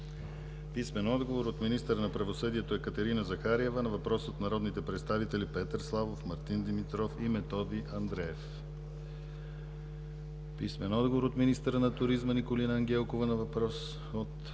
писмен отговор от министъра на правосъдието Екатерина Захариева на въпрос от народните представители Петър Славов, Мартин Димитров и Методи Андреев; - писмен отговор от министъра на туризма Николина Ангелкова на въпрос от